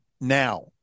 Now